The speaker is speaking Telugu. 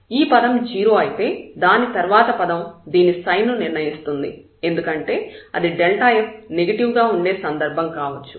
ఈ పదం 0 అయితే దాని తర్వాత పదం దీని సైన్ ను నిర్ణయిస్తుంది ఎందుకంటే అది f నెగటివ్ గా ఉండే సందర్భం కావచ్చు